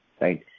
right